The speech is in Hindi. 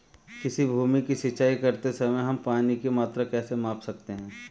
किसी भूमि की सिंचाई करते समय हम पानी की मात्रा कैसे माप सकते हैं?